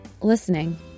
Listening